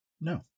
No